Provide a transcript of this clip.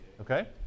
Okay